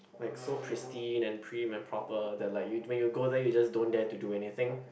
like so pristine and prim and proper that like when you go there you just don't dare to do anything